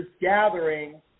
gathering